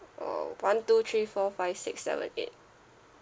uh one two three four five six seven eight